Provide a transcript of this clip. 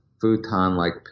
futon-like